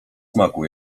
smaku